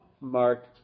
Mark